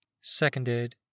Seconded